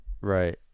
right